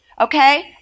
Okay